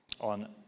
on